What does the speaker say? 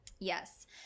Yes